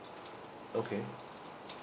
okay